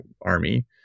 army